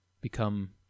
become